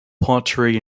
pottery